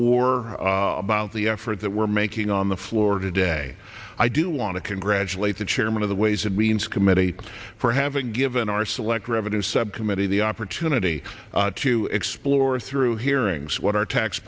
or about the effort that we're making on the floor today i do want to congratulate the chairman of the ways and means committee for having given our select revenue subcommittee the opportunity to explore through hearings what our tax